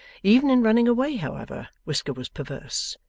even in running away, however, whisker was perverse,